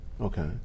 Okay